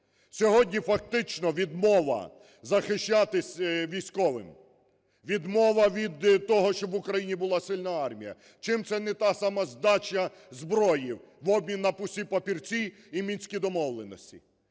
Сьогодні фактично відмова захищатись військовим. Відмова від того, щоб в Україні була сильна армія. Чим це не та сама здача зброї в обмін на пусті папірці і Мінські домовленості?